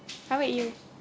how about you